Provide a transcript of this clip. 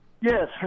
Yes